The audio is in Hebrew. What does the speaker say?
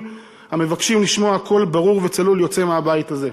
המבקשים לשמוע קול ברור וצלול יוצא מהבית הזה.